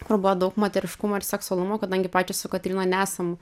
kur buvo daug moteriškumo ir seksualumo kadangi pačios su kotryna nesam